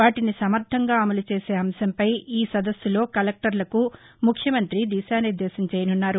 వాటిని సమర్దంగా అమలు చేసే అంశంపై ఈ సదస్సులో కలెక్టర్లకు ముఖ్యమంత్రి దిశానిర్దేశం చేయనున్నారు